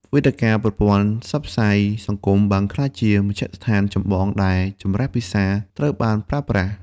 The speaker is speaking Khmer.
វេទិកាប្រព័ន្ធផ្សព្វផ្សាយសង្គមបានក្លាយជាមជ្ឈដ្ឋានចម្បងដែលចម្លាស់ភាសាត្រូវបានប្រើបាស់។